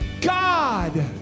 God